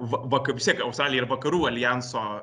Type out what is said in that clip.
va va kaip vis tiek australija yra vakarų aljanso